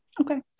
Okay